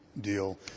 deal